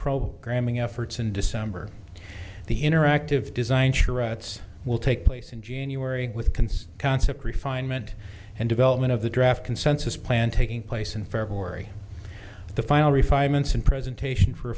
programming efforts in december the interactive design its will take place in january with consist concept refinement and development of the draft consensus plan taking place in february the final refinements in presentation for